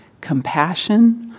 compassion